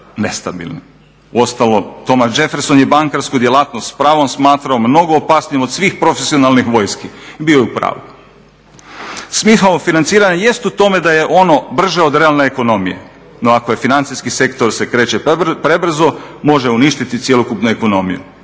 Uostalom Thomas Jefferson je bankarsku djelatnost s pravom smatrao mnogo opasnijom od svih profesionalnih vojski i bio je u pravu. Smisao financiranja jest u tome da je ono brže od realne ekonomije, no ako financijski sektor se kreće prebrzo može uništiti cjelokupnu ekonomiju.